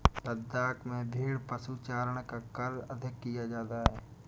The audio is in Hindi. लद्दाख में भेड़ पशुचारण का कार्य अधिक किया जाता है